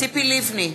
ציפי לבני,